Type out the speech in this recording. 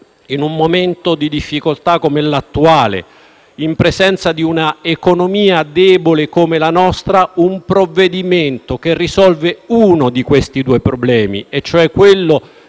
in un momento di difficoltà come quello attuale, in presenza di una economia debole come la nostra, un provvedimento che risolve uno di questi due problemi, cioè quello